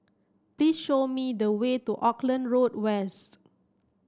please show me the way to Auckland Road West